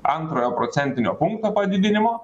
antrojo procentinio punkto padidinimo